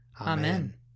Amen